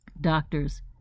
Doctors